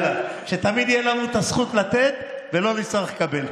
שתמיד תהיה לנו הזכות לתת ולא נצטרך לקבל.